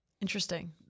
Interesting